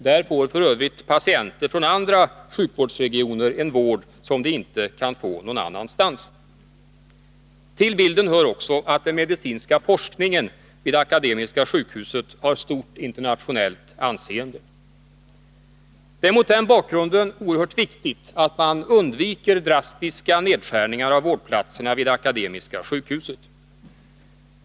Vid Akademiska sjukhuset får f. ö. patienter från andra sjukvårdsregioner en vård som de inte kan få någon annanstans. Till bilden hör också att den medicinska forskningen vid Akademiska sjukhuset har stort internationellt anseende. Det är mot den bakgrunden oerhört viktigt att man undviker drastiska nedskärningar av vårdplatserna vid Akademiska sjukhuset.